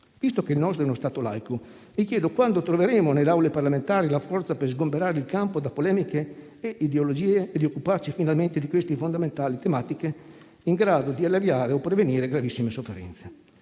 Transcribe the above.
Visto che il nostro è uno Stato laico, mi chiedo quando troveremo nelle Aule parlamentari la forza per sgomberare il campo da polemiche ed ideologie e di occuparci finalmente di queste fondamentali tematiche in grado di alleviare o prevenire gravissime sofferenze.